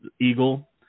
eagle